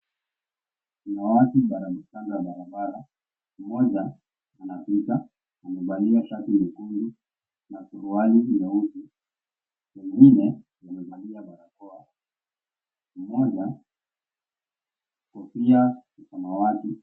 Kuna watu wanapishana kwa barabara mmoja anapita amevalia shati nyekundu na suruali nyeusi mwengine amevalia barakoa mmoja kofia ya samawati.